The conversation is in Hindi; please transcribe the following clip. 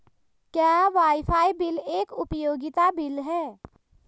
क्या वाईफाई बिल एक उपयोगिता बिल है?